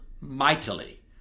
mightily